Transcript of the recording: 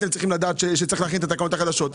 אתם צריכים לדעת שצריך להכין את התקנות החדשות.